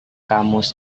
kamus